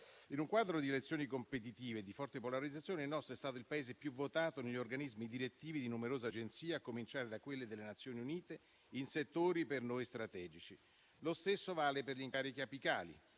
In un quadro di elezioni competitive e di forte polarizzazione, il nostro è stato il Paese più votato negli organismi direttivi di numerose agenzie, a cominciare da quelle delle Nazioni Unite in settori per noi strategici. Lo stesso vale per gli incarichi apicali.